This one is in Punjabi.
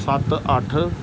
ਸੱਤ ਅੱਠ